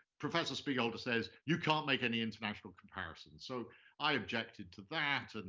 professor spiegelhalter says you can't make any international comparisons, so i objected to that.